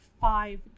five